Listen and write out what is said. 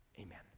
amen